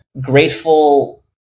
grateful